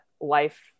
life